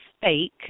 fake